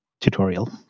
tutorial